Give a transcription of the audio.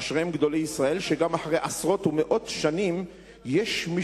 אשריהם גדולי ישראל שגם אחרי עשרות ומאות שנים יש מי